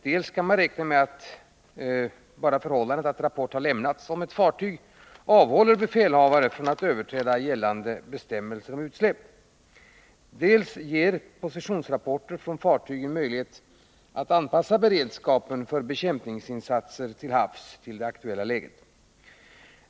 Dels kan man räkna med att det förhållandet att rapport har lämnats om ett fartyg avhåller befälhavaren från att överträda gällande utsläppsbestämmelser, dels ger positionsrapporter från fartygen möjlighet att anpassa beredskapen för bekämpningsinsatser till havs till det aktuella läget.